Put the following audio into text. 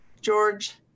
George